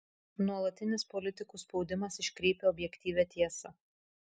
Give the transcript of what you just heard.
nuolatinis politikų spaudimas iškreipia objektyvią tiesą